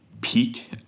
peak